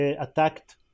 attacked